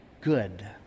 good